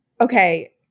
Okay